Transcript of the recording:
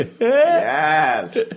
Yes